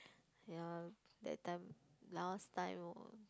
ya that time last time